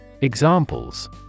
Examples